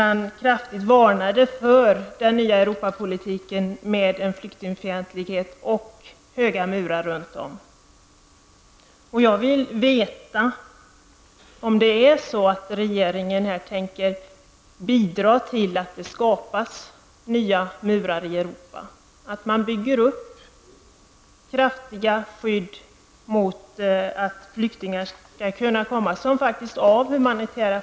Han varnade där kraftigt för det nya Europas politik med flyktingfientlighet och höga murar. Jag vill veta om regeringen tänker bidra till att det skapas nya murar i Europa, att det byggs upp kraftiga skydd mot att flyktingar kommer in i länderna.